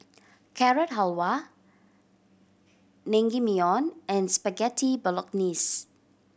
Carrot Halwa Naengmyeon and Spaghetti Bolognese